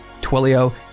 Twilio